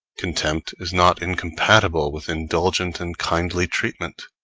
contempt is not incompatible with indulgent and kindly treatment,